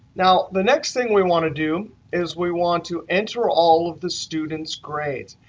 now, the next thing we want to do is we want to enter all of the student's grades.